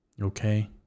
Okay